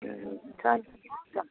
छ नि छ